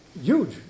Huge